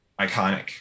iconic